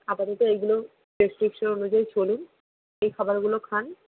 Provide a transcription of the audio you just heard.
আপাতত এইগুলো প্রেসক্রিপশান অনুযায়ী চলুন এই খাবারগুলো খান